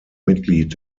mitglied